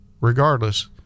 Regardless